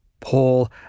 Paul